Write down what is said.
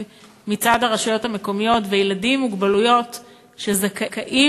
מצד הרשויות המקומיות וילדים עם מוגבלויות שזכאים